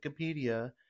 Wikipedia